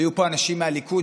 היו פה אנשים מהליכוד,